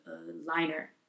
liner